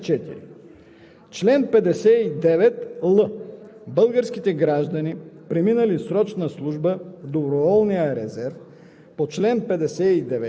2. на служба в доброволния резерв, ако отговарят на изискванията по чл. 24.